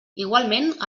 igualment